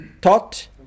taught